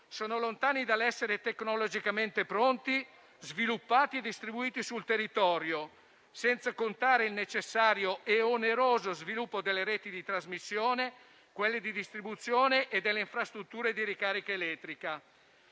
sono lontani dall'essere tecnologicamente pronti, sviluppati e distribuiti sul territorio, senza contare il necessario e oneroso sviluppo delle reti di trasmissione e di distribuzione e delle infrastrutture di ricarica elettrica.